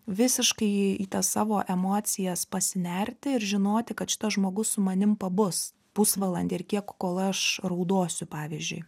visiškai į į tas savo emocijas pasinerti ir žinoti kad šitas žmogus su manim pabus pusvalandį ar kiek kol aš raudosiu pavyzdžiui